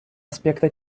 аспекта